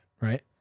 right